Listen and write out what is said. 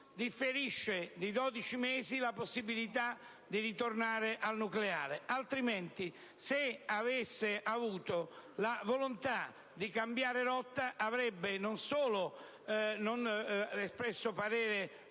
differisca di 12 mesi la possibilità di tornare al nucleare. Altrimenti, se avesse avuto la volontà di cambiare rotta, avrebbe non solo espresso parere